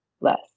less